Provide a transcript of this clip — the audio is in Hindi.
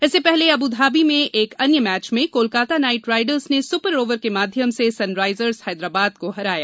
इससे पहले अबु धाबी में एक अन्य मैच में कोलकाता नाइट राइडर्स ने सुपर ओवर के माध्यम से सनराइजर्स हैदराबाद को हराया